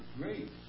great